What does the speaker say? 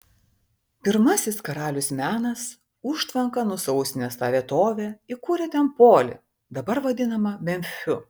pirmasis karalius menas užtvanka nusausinęs tą vietovę įkūrė ten polį dabar vadinamą memfiu